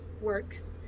works